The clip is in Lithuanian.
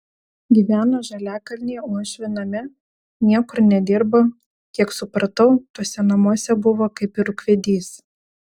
gyveno žaliakalnyje uošvių name niekur nedirbo kiek supratau tuose namuose buvo kaip ir ūkvedys